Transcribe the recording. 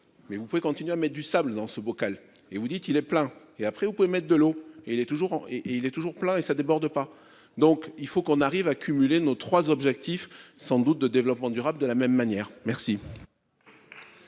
Mais vous pouvez continuer à mais du sable dans ce bocal et vous dites il est plein et après vous pouvez mettre de l'eau et il est toujours en et et il est toujours plein et ça déborde pas donc il faut qu'on arrive à cumuler nos trois objectifs sans doute de développement durable, de la même manière. Merci.